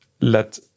let